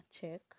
check